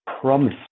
promise